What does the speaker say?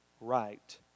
right